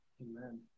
Amen